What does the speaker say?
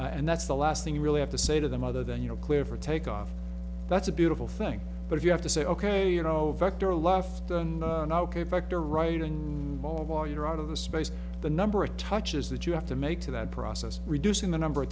and that's the last thing you really have to say to them other than you know cleared for takeoff that's a beautiful thing but if you have to say ok you know vector left the vector right and more while you're out of the space the number of touches that you have to make to that process reducing the number of